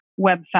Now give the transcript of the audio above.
website